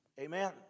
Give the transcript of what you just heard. Amen